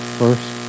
first